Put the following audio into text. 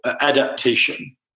adaptation